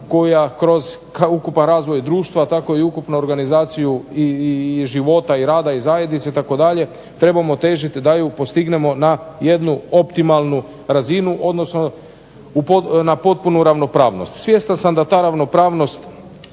koja kroz ukupan razvoj društva tako i ukupnu organizaciju i života i rada i zajednice itd. trebamo težiti da ju postignemo na jednu optimalnu razinu odnosno na potpunu ravnopravnost. Svjestan sam da ta ravnopravnost